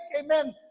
amen